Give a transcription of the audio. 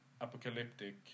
apocalyptic